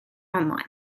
online